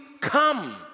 come